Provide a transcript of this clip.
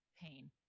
pain